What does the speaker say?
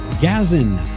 Gazin